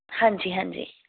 ਹਾਂਜੀ ਹਾਂਜੀ